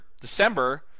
December